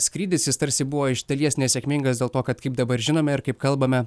na skrydis jis tarsi buvo iš dalies nesėkmingas dėl to kad kaip dabar žinome ir kaip kalbame